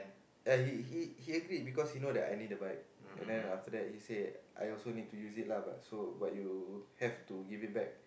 ya he he he agreed because he know that I need the bike and then after that he say I also need to use it lah but so but you have to give it back